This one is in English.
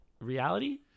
reality